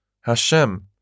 Hashem